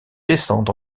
descendent